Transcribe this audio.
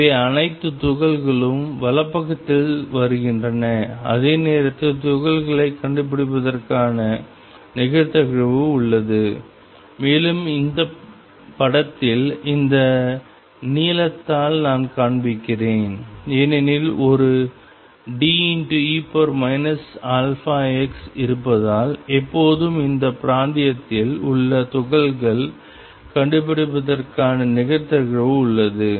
எனவே அனைத்து துகள்களும் வலப்பக்கத்தில் வருகின்றன அதே நேரத்தில் துகள்களைக் கண்டுபிடிப்பதற்கான நிகழ்தகவு உள்ளது மேலும் இந்த படத்தில் இந்த நீலத்தால் நான் காண்பிக்கிறேன் ஏனெனில் ஒரு De αx இருப்பதால் எப்போதும் இந்த பிராந்தியத்தில் உள்ள துகள்கள் கண்டுபிடிப்பதற்கான நிகழ்தகவு உள்ளது